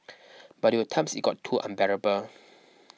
but there were times it got too unbearable